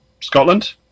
Scotland